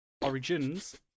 origins